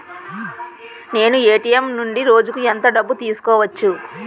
నేను ఎ.టి.ఎం నుండి రోజుకు ఎంత డబ్బు తీసుకోవచ్చు?